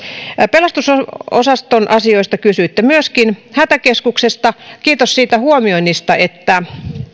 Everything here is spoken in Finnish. pelastusosaston asioista kysyitte myöskin hätäkeskuksesta kiitos siitä huomioinnista että